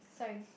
sorry